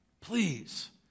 Please